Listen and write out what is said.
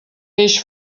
peix